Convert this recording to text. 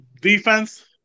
defense